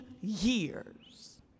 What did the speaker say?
years